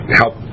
help